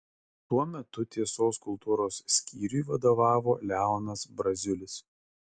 tuo metu tiesos kultūros skyriui vadovavo leonas braziulis